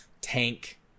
tank